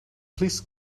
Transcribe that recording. please